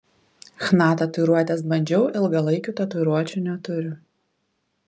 chna tatuiruotes bandžiau ilgalaikių tatuiruočių neturiu